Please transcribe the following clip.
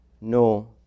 no